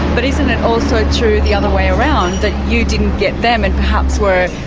but isn't it also true the other way around, that you didn't get them and perhaps were,